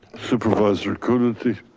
supervisor coonerty.